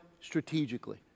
strategically